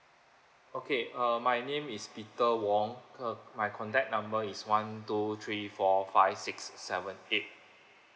okay uh my name is peter wong uh my contact number is one two three four five six seven eight